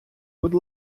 будь